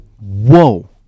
Whoa